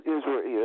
Israel